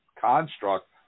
construct